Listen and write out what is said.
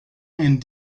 and